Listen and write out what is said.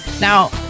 Now